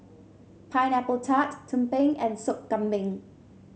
Pineapple Tart tumpeng and Sop Kambing